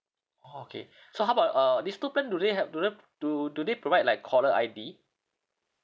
orh okay so how about uh these two plan do they have do they do do they provide like caller I_D